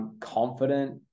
Confident